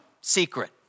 secret